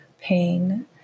pain